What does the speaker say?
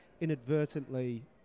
inadvertently